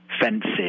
fences